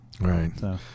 Right